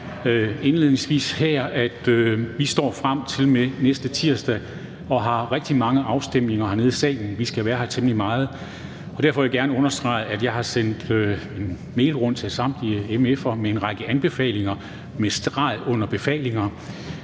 indledningsvis sige her, at vi til og med næste tirsdag har rigtig mange afstemninger hernede i salen. Vi skal være her temmelig meget, og derfor vil jeg gerne understrege, at jeg har sendt en mail rundt til samtlige mf'er med en række anbefalinger med streg under befalinger.